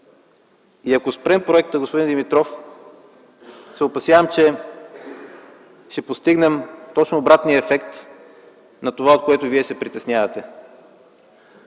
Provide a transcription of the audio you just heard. Ако спрем проекта, господин Димитров, се опасявам, че ще постигнем точно обратния ефект на това, от което Вие се притеснявате.